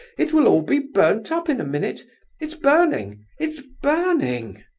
it will all be burnt up in a minute it's burning, it's burning!